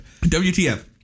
WTF